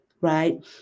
right